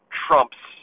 trumps